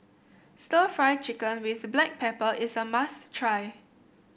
stir Fry Chicken with Black Pepper is a must try